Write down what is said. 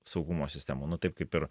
saugumo sistemų nu taip kaip ir